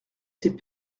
ses